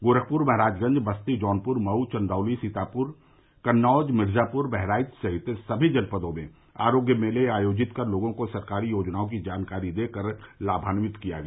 गोरखपुर महराजगंज बस्ती जौनपुर मऊ चंदौली सीतापुर कन्नौज मिर्जापुर बहराइच सहित सभी जनपदों में आरोग्य मेले आयोजित कर लोगों को सरकारी योजनाओं की जानकारी देकर लाभान्वित किया गया